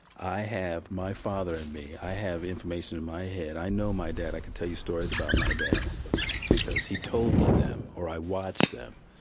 i have my father in me i have information in my head. i know my dad i can tell you stories about my dad because he told me them or i watched them.